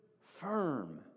firm